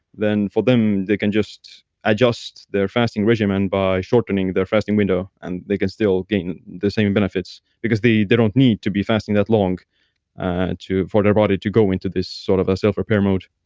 then for them they can just adjust their fasting regimen by shortening their fasting window and they can still gain the same benefits. because they don't need to be fasting that long and to, for their body to go into this sort of ah self-repair mode